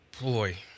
Boy